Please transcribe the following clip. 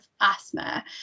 asthma